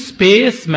Space